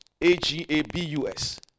A-G-A-B-U-S